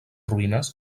ruïnes